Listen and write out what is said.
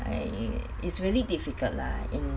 I it's really difficult lah in